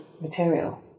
material